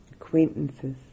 acquaintances